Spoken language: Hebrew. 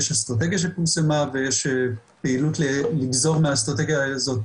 יש אסטרטגיה שפורסמה,